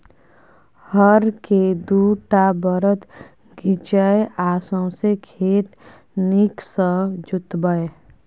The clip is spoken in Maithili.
हर केँ दु टा बरद घीचय आ सौंसे खेत नीक सँ जोताबै